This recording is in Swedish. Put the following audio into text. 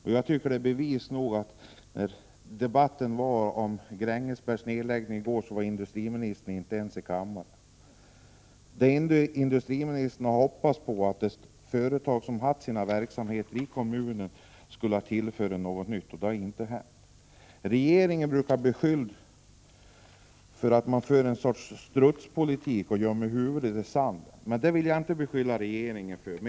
Att industriministern inte ens var i kammaren i går när debatten fördes om en nedläggning av Grängesbergsgruvan tycker jag är bevis nog. Industriministern hoppades bara att företag med verksamhet i kommunen skulle tillföra kommunen någonting nytt, men så är inte fallet. Regeringen brukar bli beskylld för att föra en sorts strutspolitik och för att 37 så att säga gömma huvudet i sanden. Men det vill jag inte beskylla regeringen för.